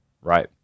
right